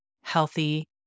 healthy